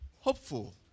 hopeful